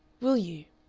will you?